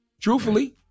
Truthfully